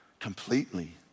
Completely